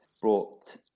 brought